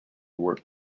work